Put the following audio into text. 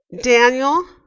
Daniel